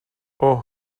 اوه